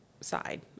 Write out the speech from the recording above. side